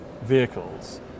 vehicles